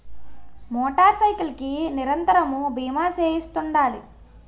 motor cycle కి నిరంతరము బీమా చేయిస్తుండాలి